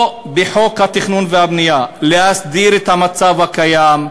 להסדיר בחוק התכנון והבנייה את המצב הקיים,